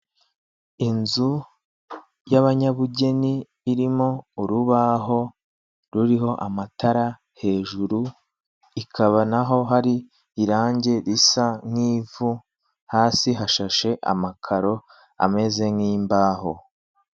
Inzu y'abanyabugeni irimo urubaho ruriho amatara hejuru ikaba naho hari irangi risa nk'ivu hasi hashashe amakaro ameze nk'imbaho.